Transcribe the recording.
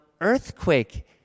earthquake